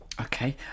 Okay